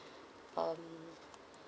um